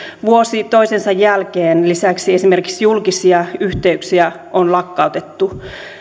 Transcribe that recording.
vuosi toisensa jälkeen lisäksi esimerkiksi julkisia yhteyksiä on lakkautettu